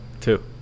Two